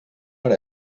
hora